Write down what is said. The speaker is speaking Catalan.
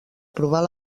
provar